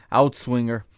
outswinger